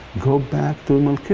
go back to